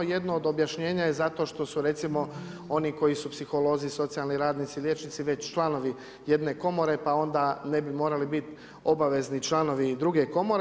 Jedno od objašnjenja je zato što su recimo oni koji su psiholozi i socijalni radnici, liječnici već članovi jedne komore, pa onda ne bi morali biti obavezni članovi i druge komore.